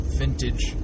vintage